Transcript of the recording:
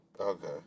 Okay